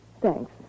Thanks